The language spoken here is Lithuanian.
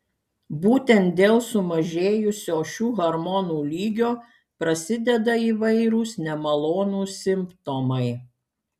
būtent dėl sumažėjusio šių hormonų lygio prasideda įvairūs nemalonūs simptomai